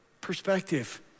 perspective